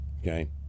okay